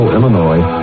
Illinois